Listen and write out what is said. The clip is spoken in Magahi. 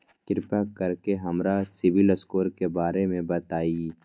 कृपा कर के हमरा सिबिल स्कोर के बारे में बताई?